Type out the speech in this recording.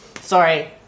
sorry